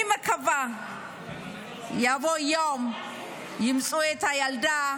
אני מקווה שיבוא יום וימצאו את הילדה,